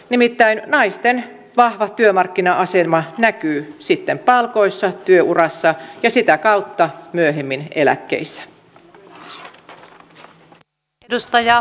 nimittäin naisten vahva työmarkkina asema näkyy sitten palkoissa työurassa ja sitä kautta myöhemmin eläkkeissä